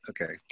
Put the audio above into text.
okay